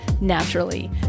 naturally